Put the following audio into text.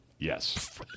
Yes